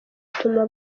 gutuma